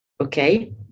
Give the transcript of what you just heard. okay